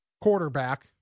quarterback